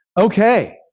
Okay